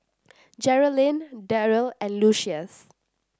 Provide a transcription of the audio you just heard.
Geralyn Deryl and Lucius